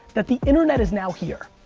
that the internet is now here.